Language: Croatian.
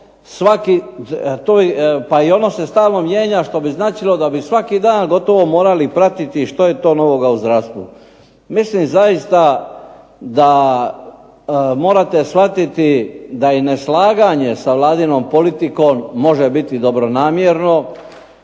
je i ono stalno se mijenja, što bi značilo da bi svaki dan gotovo morali pratiti što je to novoga u zdravstvu. Mislim zaista da morate shvatiti da i neslaganje sa Vladinom politikom može biti dobronamjerno,